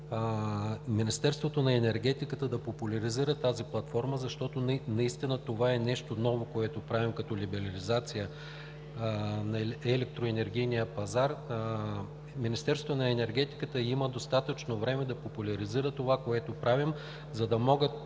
Министерството на енергетиката да популяризира тази платформа, защото това, което правим като либерализация на електроенергийния пазар, е нещо ново. Министерството на енергетиката има достатъчно време да популяризира това, което правим, за да могат